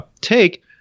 take